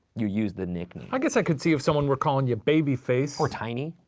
you use the nickname. i guess i could see if someone were calling you baby face. or tiny.